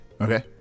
Okay